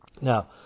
Now